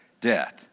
Death